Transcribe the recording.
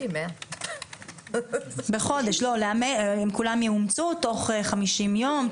50, 100. בחודש, אם כולם יאומצו תוך 50 יום?